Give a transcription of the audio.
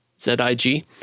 ZIG